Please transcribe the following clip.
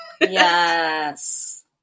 Yes